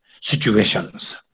situations